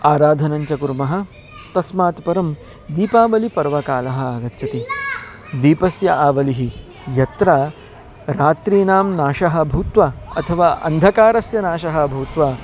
आराधनञ्च कुर्मः तस्मात् परं दीपावलिपर्वकालः आगच्छति दीपस्य आवलिः यत्र रात्रीनां नाशः भूत्वा अथवा अन्धकारस्य नाशः भूत्वा